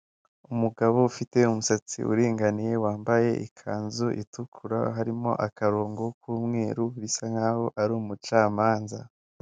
Umugabo ufite umusatsi uringaniye wambaye ikanzu itukura harimo akarongo k'umweru, bisa nk'aho ari umucamanza.